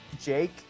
Jake